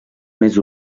més